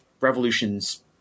revolutions